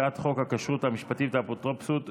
הצעת חוק הכשרות המשפטית והאפוטרופסות (תיקון,